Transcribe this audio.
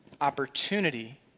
Opportunity